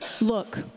Look